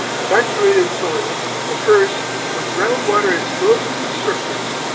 saturated soil occurs when ground water is close to the surface.